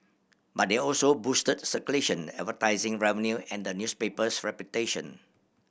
but they also boosted circulation advertising revenue and the newspaper's reputation